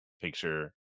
picture